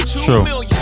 True